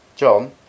John